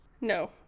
No